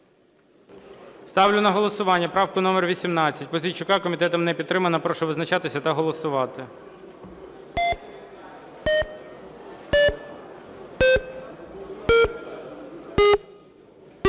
Ставлю на голосування правку номер 18 Пузійчука. Комітетом не підтримана. Прошу визначатися та голосувати.